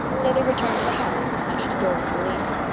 so they returned to the house, much to dora's relief.